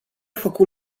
făcut